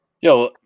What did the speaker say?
Yo